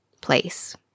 place